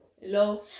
Hello